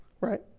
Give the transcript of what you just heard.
Right